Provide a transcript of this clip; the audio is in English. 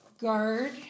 guard